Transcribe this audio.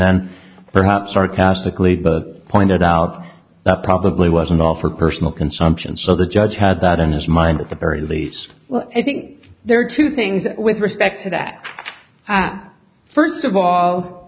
then perhaps sarcastically but pointed out that probably wasn't all for personal consumption so the judge had that in his mind at the very least i think there are two things with respect to that first of all